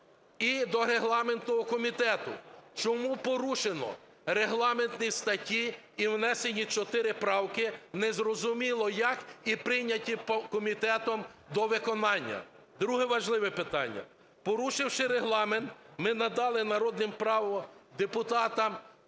і до регламенту комітету: чому порушені регламентні статті і внесені чотири правки, незрозуміло як, і прийняті комітетом до виконання? Друге важливе питання. Порушивши Регламент, ми надали народним депутатам